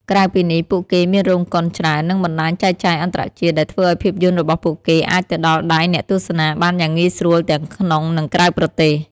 ក្រៅពីនេះ ពួកគេមានរោងកុនច្រើន និងបណ្តាញចែកចាយអន្តរជាតិ ដែលធ្វើឲ្យភាពយន្តរបស់ពួកគេអាចទៅដល់ដៃអ្នកទស្សនាបានយ៉ាងងាយស្រួលទាំងក្នុង និងក្រៅប្រទេស។